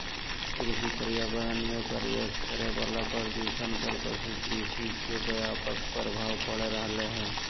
कृषि पर्यावरण मे प्रवेश करे वला प्रदूषक पर पशु कृषि के व्यापक प्रभाव पड़ रहल हई